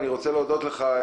אני רוצה להודות לך,